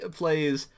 plays